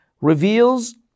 reveals